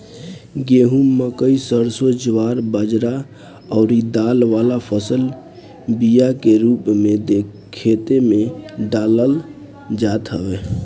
गेंहू, मकई, सरसों, ज्वार बजरा अउरी दाल वाला फसल बिया के रूप में खेते में डालल जात हवे